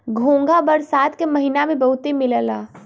घोंघा बरसात के महिना में बहुते मिलला